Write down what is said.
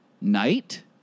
night